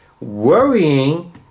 Worrying